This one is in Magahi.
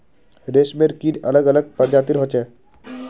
रेशमेर कीट अलग अलग प्रजातिर होचे